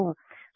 కాబట్టి 0